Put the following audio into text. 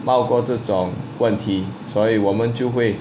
包括这种问题所以我们就会